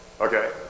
okay